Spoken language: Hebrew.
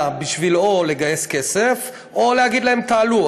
או בשביל לגייס כסף או להגיד להם: תעלו.